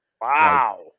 Wow